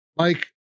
Mike